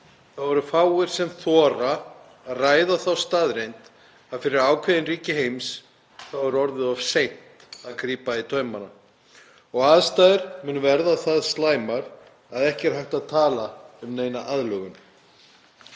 eru fáir sem þora að ræða þá staðreynd að fyrir ákveðin ríki heims er orðið of seint að grípa í taumana og aðstæður munu verða það slæmar að ekki er hægt að tala um neina aðlögun.